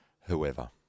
whoever